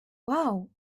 wow